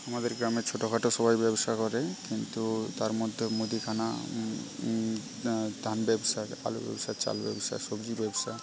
আমাদের গ্রামে ছোটখাটো সবাই ব্যবসা করে কিন্তু তার মধ্যে মুদিখানা ধান ব্যবসার আলু ব্যবসা চাল ব্যবসা সবজি ব্যবসা